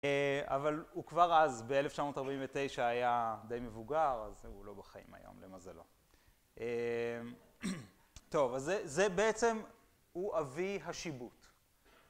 אבל הוא כבר אז, ב-1949, היה די מבוגר, אז הוא לא בחיים היום, למזלו. טוב, אז זה בעצם, הוא אבי השיבוט.